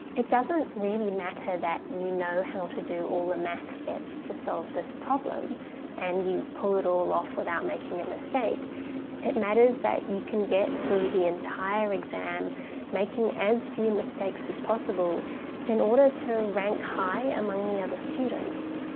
it doesn't really matter that you know how to do all the math steps to solve this problem and you pull it all off without making a mistake it matters that you can get through the entire exam making as few mistakes as possible in order to rank high among the other students.